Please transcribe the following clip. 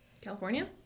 California